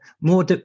more